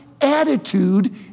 attitude